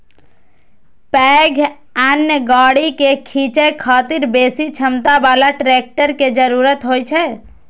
पैघ अन्न गाड़ी कें खींचै खातिर बेसी क्षमता बला ट्रैक्टर के जरूरत होइ छै